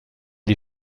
die